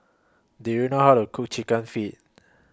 Do YOU know How to Cook Chicken Feet